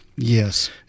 Yes